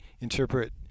interpret